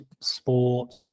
sport